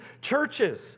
churches